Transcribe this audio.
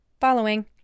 Following